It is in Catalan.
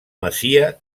masia